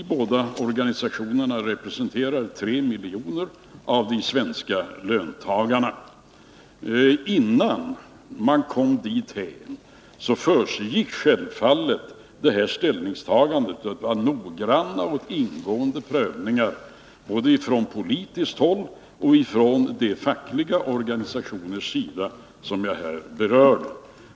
De båda organisationerna representerar tre miljoner av de svenska löntagarna. Detta ställningstagande har självfallet föregåtts av noggranna och ingående prövningar av frågan både från politiskt håll och från de fackliga organisationers sida som jag här berört.